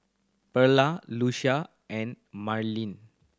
Perla Lucie and Mallorie